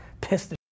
pissed